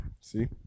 See